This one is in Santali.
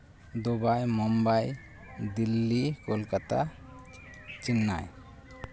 ᱫᱩᱵᱟᱭ ᱢᱩᱢᱵᱟᱭ ᱫᱤᱞᱞᱤ ᱠᱳᱞᱠᱟᱛᱟ ᱪᱮᱱᱱᱟᱭ